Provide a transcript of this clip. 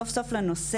סוף סוף לנושא,